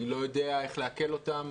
אני לא יודע איך לעכל אותם.